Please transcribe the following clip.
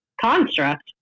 construct